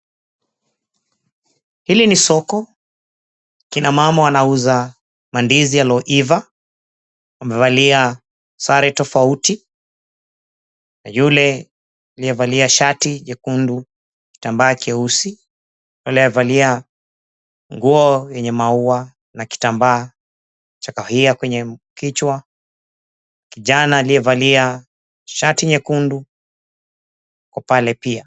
Hili ni soko. Kina mama wanauza mandizi yaliyo iva. Wamevalia sare tofauti. Kuna yule aliyevalia shati nyekundu, kitamba keusi. Kuna yule aliyevalia nguo yenye mauwa na kitamba cha kahawia kwenye kichwa. Kijana aliyevalia shati nyekundu ako pale pia.